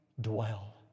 dwell